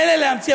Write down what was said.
מילא להמציא,